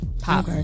Pop